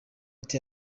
ati